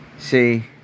See